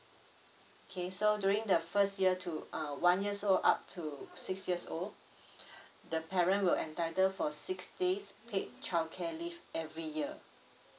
okay so during the first year to uh one years old up to six years old the parent will entitle for six days paid childcare leave every year